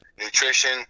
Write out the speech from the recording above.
nutrition